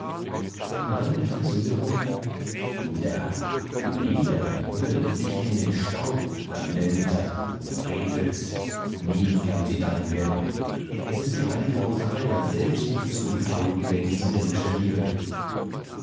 und dann rief es wiederum nieder nieder wirf dich in den staub verblendeter du frevelst nie kann sie dein werden es ist die heilige rosalia selbst die du zu umfangen gedenkst in irdischer liebe